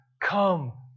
come